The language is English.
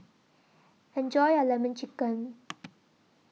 Enjoy your Lemon Chicken